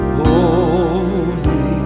holy